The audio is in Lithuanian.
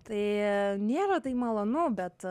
tai nėra tai malonu bet